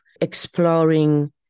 exploring